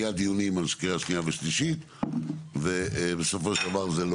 היו דיונים על קריאה שנייה ושלישית ובסופו של דבר זה לא